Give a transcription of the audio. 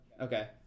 Okay